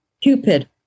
Cupid